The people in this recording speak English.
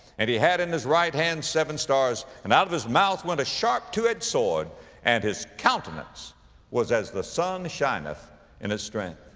and he had in his right hand seven stars and out of his mouth went a sharp two-edged sword and his countenance was as the sun shineth in his strength.